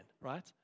right